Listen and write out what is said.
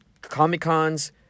Comic-Cons